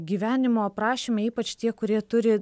gyvenimo aprašyme ypač tie kurie turi